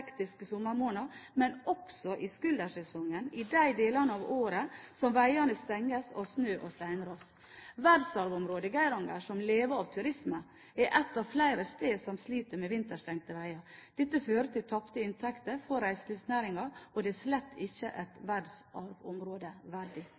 sommermåneder, men også i skuldersesongen, i de delene av året som veiene stenges av snø- og steinras. Verdensarvområdet Geiranger, som lever at turisme, er ett av flere steder som sliter med vinterstengte veier. Dette fører til tapte inntekter for reiselivsnæringen, og det er slett ikke et